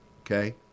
Okay